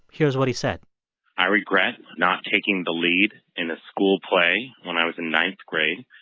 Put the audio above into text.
here's what he said i regret not taking the lead in a school play when i was in ninth grade.